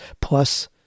plus